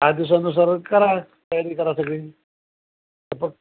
आठ दिवसानुसार करा तयारी करा सगळी